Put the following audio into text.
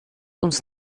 uns